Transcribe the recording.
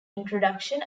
introduction